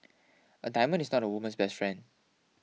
a diamond is not a woman's best friend